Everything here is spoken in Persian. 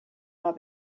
راه